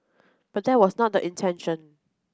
but that was not the intention